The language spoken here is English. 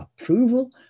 approval